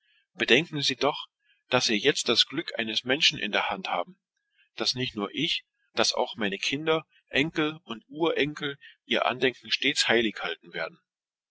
bedenken sie daß das glück eines menschen in ihren händen liegt daß nicht nur ich sondern auch meine kinder enkel und urenkel ihr andenken segnen und sie verehren werden